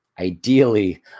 ideally